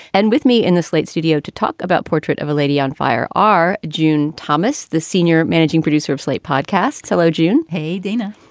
and with me in the slate studio to talk about portrait of a lady on fire are june thomas, the senior managing producer of slate podcast. hello, june. hey, dina.